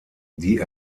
die